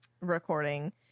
recording